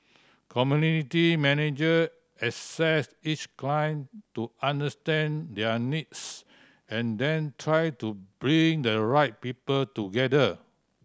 community manager assess each client to understand their needs and then try to bring the right people together